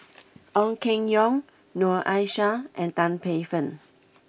Ong Keng Yong Noor Aishah and Tan Paey Fern